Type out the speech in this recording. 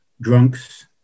drunks